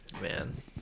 Man